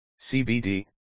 CBD